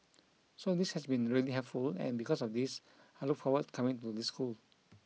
so this has been really helpful and because of this I look forward coming to this school